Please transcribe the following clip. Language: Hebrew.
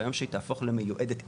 ביום שהיא תהפוך למיועדת,